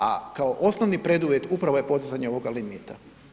A kao osnovni preduvjet upravo je podizanje ovoga limita.